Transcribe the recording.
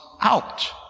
out